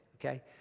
okay